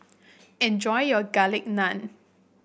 enjoy your Garlic Naan